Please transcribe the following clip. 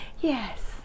Yes